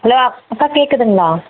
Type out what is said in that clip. hello அக்கா கேட்குதுங்களா